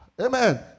amen